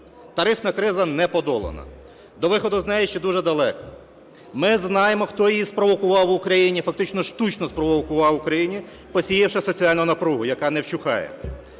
Тарифна криза не подолана, до виходу з неї ще дуже далеко. Ми знаємо, хто її спровокував в Україні, фактично штучно спровокував в Україні, посіявши соціальну напругу, яка не вщухає.